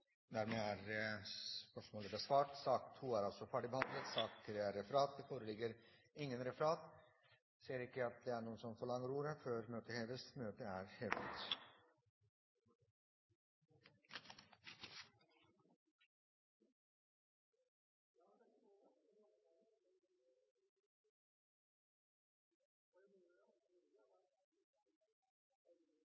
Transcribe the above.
Dermed er sak nr. 2 ferdigbehandlet. Det foreligger ikke noe referat. Dermed er dagens kart ferdigbehandlet. Forlanger noen ordet før møtet heves? – Møtet er hevet.